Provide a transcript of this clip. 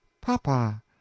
Papa